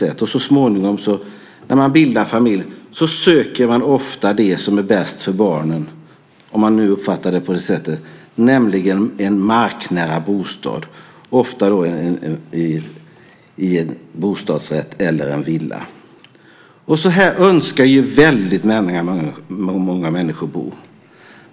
När man så småningom bildar familj söker man ofta det som är bäst för barnen, om man nu uppfattar det på det sättet, nämligen en marknära bostad, ofta en bostadsrätt eller en villa. Så här önskar väldigt många människor bo.